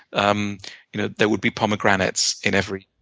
um you know there would be pomegranates in every